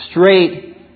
straight